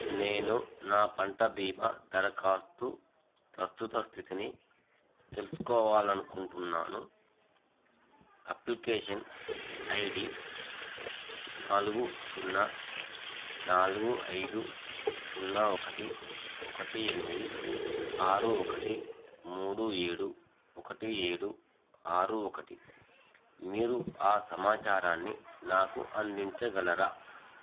నేను నా పంట భీమా దరఖాస్తు ప్రస్తుత స్థితిని తెలుసుకోవాలనుకుంటున్నాను అప్లికేషన్ ఐడి నాలుగు సున్నా నాలుగు ఐదు సున్నా ఒకటి ఒకటి ఎనిమిది ఆరు ఒకటి మూడు ఏడు ఒకటి ఏడు ఆరు ఒకటి మీరు ఆ సమాచారాన్ని నాకు అందించగలరా